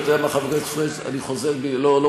שאני לא פעם תמה,